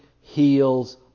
heals